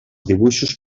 dibuixos